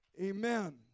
Amen